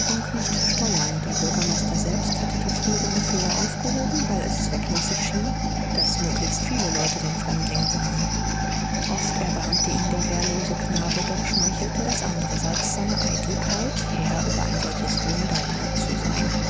nicht steuern der bürgermeister selbst hatte die früheren befehle aufgehoben weil es zweckmäßig schien daß möglichst viele leute den fremdling sahen oft erbarmte ihn der wehrlose knabe doch schmeichelte es anderseits seiner eitelkeit herr über ein solches wunderding zu sein